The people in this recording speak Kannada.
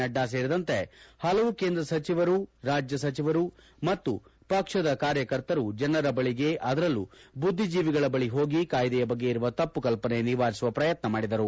ನಡ್ಡಾ ಸೇರಿದಂತೆ ಹಲವು ಕೇಂದ್ರ ಸಚಿರುವ ರಾಜ್ಯ ಸಚಿವರು ಮತ್ತು ಪಕ್ಷದ ಕಾರ್ಯಕರ್ತರು ಜನರ ಬಳಿಗೆ ಅದರಲ್ಲೂ ಬುದ್ದಿಜೀವಿಗಳ ಬಳಿ ಹೋಗಿ ಕಾಯಿದೆಯ ಬಗ್ಗೆ ಇರುವ ತಪ್ಪು ಕಲ್ಲನೆ ನಿವಾರಿಸುವ ಪ್ರಯತ್ನ ಮಾಡಿದರು